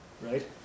right